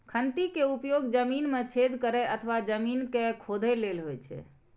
खंती के उपयोग जमीन मे छेद करै अथवा जमीन कें खोधै लेल होइ छै